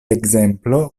ekzemplo